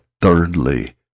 thirdly